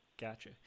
Gotcha